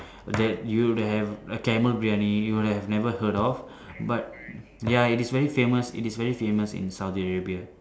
that you would have a camel Briyani you have never heard of but ya it is very famous it is very famous in Saudi Arabia